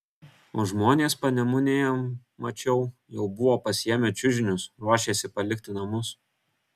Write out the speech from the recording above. o žmonės panemunėje mačiau jau buvo pasiėmę čiužinius ruošėsi palikti namus